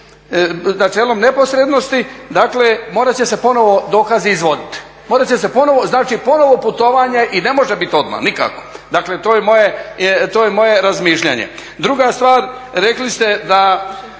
načelom neposrednosti dakle morat će se ponovno dokazi izvoditi. Znači, ponovno putovanje i ne može biti odmah, nikako. Dakle, to je moje razmišljanje. Druga stvar, rekli ste da